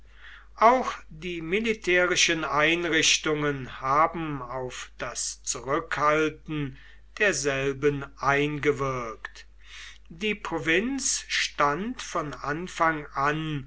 auch die militärischen einrichtungen haben auf das zurückhalten derselben eingewirkt die provinz stand von anfang an